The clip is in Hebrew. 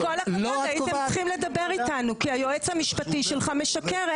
עם כל הכבוד הייתם צריכים לדבר איתנו כי היועץ המשפטי שלך משקר.